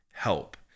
help